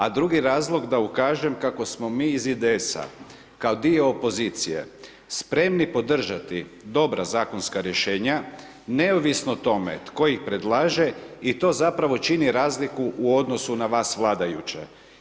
A drugi razlog da ukažem kako smo mi iz IDS-a kao dio opozicije spremni podržati dobra zakonska rješenja, neovisno o tome tko ih predlaže i to zapravo čini razliku u odnosu na vas vladajuće.